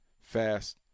fast